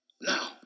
Now